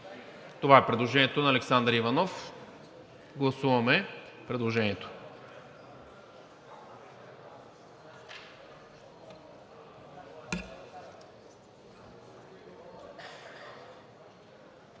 Това е предложението на Александър Иванов. Гласуваме предложението.